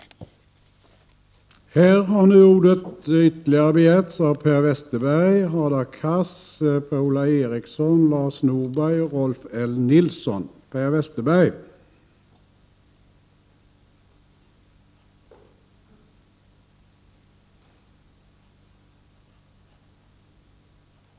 13 december 1989 R ä AR É Näringspolitik